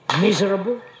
miserable